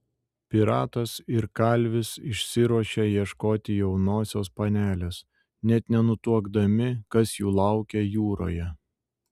piratas ir kalvis išsiruošia ieškoti jaunosios panelės net nenutuokdami kas jų laukia jūroje